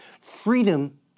freedom